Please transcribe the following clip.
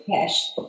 cash